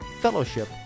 fellowship